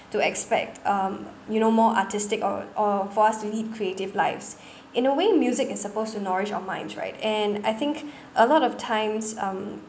to expect um you know more artistic or or for us to live creative lives in a way music is supposed to nourish our minds right and I think a lot of times um